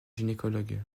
gynécologue